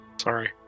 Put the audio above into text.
sorry